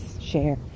share